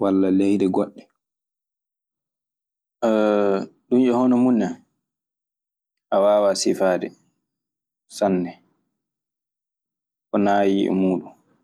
walla leyɗe goɗɗe. ɗin e hono mun en, a waawaa sifaade sanne ko nayii e muɗum.